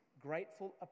grateful